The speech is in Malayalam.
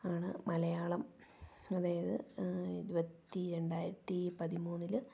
ആണ് മലയാളം അതായത് ഇരുപത്തി രണ്ടായിരത്തി പതിമൂന്നില്